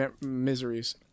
miseries